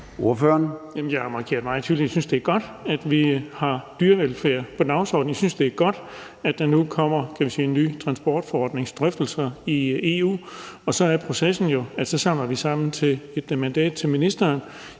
Jeg har markeret meget tydeligt, at jeg synes, at det er godt, at vi har dyrevelfærd på dagsordenen. Jeg synes, at det er godt, at der nu kommer en, hvad kan man sige, ny transportforordningsdrøftelse i EU. Så er processen jo, at vi samler sammen til et mandat til ministeren